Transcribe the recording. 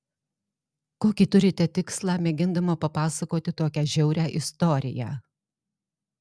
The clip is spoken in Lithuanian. kokį turite tikslą mėgindama papasakoti tokią žiaurią istoriją